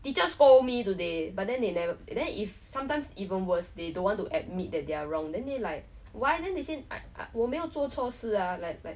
teacher scold me today but then they never then if sometimes even worse they don't want to admit that they are wrong then they like why then they say I I 我没有做错事啊 like like